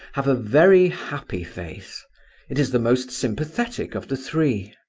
have a very happy face it is the most sympathetic of the three.